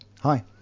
Hi